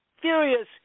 furious